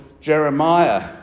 Jeremiah